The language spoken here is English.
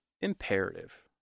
imperative